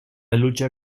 lucha